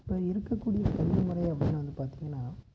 இப்போ இருக்கக் கூடிய கல்வி முறை அப்படினா வந்து பார்த்திங்கன்னா